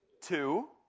two